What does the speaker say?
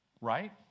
right